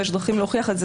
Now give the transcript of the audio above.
ויש דרכים להוכיח את זה.